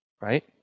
Right